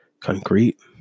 concrete